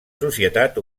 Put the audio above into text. societat